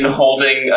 holding